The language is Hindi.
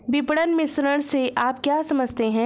विपणन मिश्रण से आप क्या समझते हैं?